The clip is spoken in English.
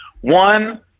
one